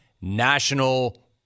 National